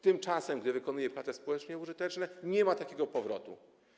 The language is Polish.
Tymczasem gdy wykonuje prace społecznie użyteczne, nie ma takiego powrotu.